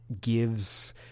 gives